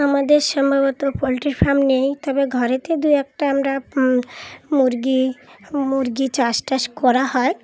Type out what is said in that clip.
আমাদের সম্ভবত poultry farm নেই তবে ঘরেতে দু একটা আমরা মুরগি মুরগি চাষ টাস করা হয়